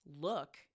look